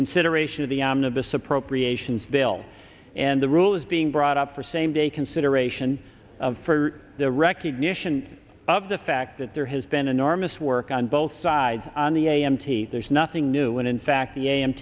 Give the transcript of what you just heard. consideration of the omnibus appropriations bill and the rule is being brought up for same day consideration for the recognition of the fact that there has been enormous work on both sides on the a m t there's nothing new and in fact the a m